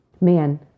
man